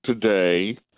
today